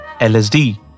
LSD